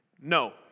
No